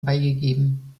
beigegeben